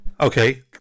Okay